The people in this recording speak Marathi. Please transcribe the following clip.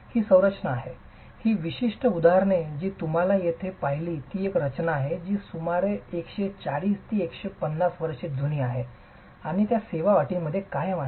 ही संरचना आहेत ही विशिष्ट उदाहरणे जी तुम्ही येथे पाहिली ती एक अशी रचना आहे जी सुमारे 140 150 वर्षे जुनी आहे आणि त्या सेवा अटींमध्ये कायम आहेत